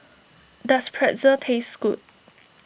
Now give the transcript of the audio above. does Pretzel taste good